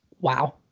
Wow